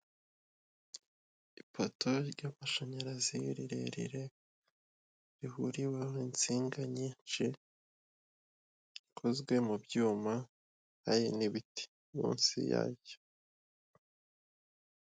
Ipato y'amashanyarazi rirerire rihuriweho insinga nyinshi ikozwe mu byuma hari n'ibiti munsi yacyo.